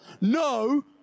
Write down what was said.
No